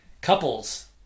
couples